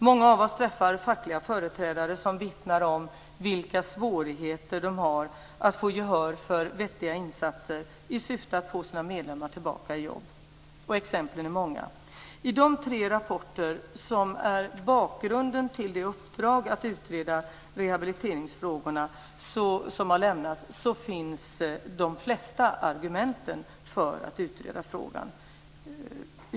Många av oss träffar fackliga företrädare som vittnar om vilka svårigheter de har att få gehör för vettiga insatser i syfte att få sina medlemmar tillbaka i jobb. Exemplen är många. I de tre rapporter som är bakgrunden till det uppdrag att utreda rehabiliteringsfrågorna som har lämnats finns de flesta argumenten för att utreda frågan.